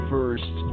First